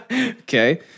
Okay